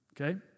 okay